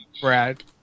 Brad